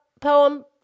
poem